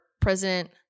President